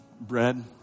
bread